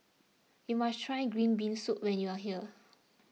you must try Green Bean Soup when you are here